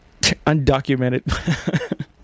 Undocumented